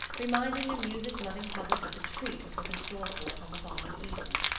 reminding the music-loving public of the treat which was in store for it on the following evening.